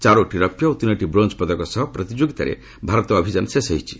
ଚାରିଟି ରୌପ୍ୟ ଓ ତିନୋଟି ବ୍ରୋଞ୍ଜ ପଦକ ସହ ପ୍ରତିଯୋଗିତାରେ ଭାରତ ଅଭିଯାନ ଶେଷ ହୋଇଛି